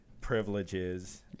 privileges